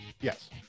Yes